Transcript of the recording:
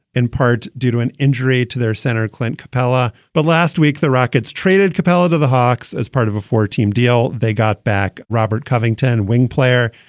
in part due to an injury to their center, clint capella. but last week, the rockets traded capello to the hawks as part of a four team deal. they got back robert covington, wing player.